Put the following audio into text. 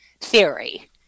theory